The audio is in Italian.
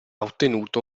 ottenuto